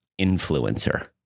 influencer